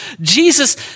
Jesus